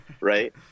right